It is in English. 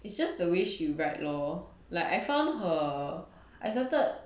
it's just the wish you write lor like I found her I started